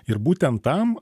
ir būtent tam